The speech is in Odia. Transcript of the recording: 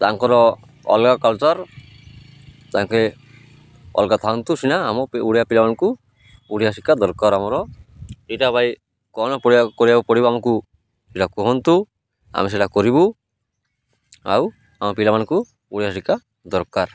ତାଙ୍କର ଅଲଗା କଲଚର୍ ତାଙ୍କେ ଅଲଗା ଥାଆନ୍ତୁ ସିନା ଆମ ଓଡ଼ିଆ ପିଲାମାନଙ୍କୁ ଓଡ଼ିଆ ଶିକ୍ଷା ଦରକାର ଆମର ଏଇଟା ଭାଇ କ'ଣ ପଢ଼ିଆକୁ କରିବାକୁ ପଡ଼ିବ ଆମକୁ ସେଇଟା କୁହନ୍ତୁ ଆମେ ସେଇଟା କରିବୁ ଆଉ ଆମ ପିଲାମାନଙ୍କୁ ଓଡ଼ିଆ ଶିକ୍ଷା ଦରକାର